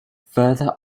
further